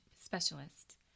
specialist